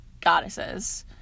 Goddesses